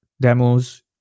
demos